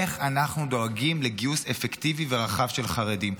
איך אנחנו דואגים לגיוס אפקטיבי ורחב של חרדים.